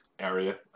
area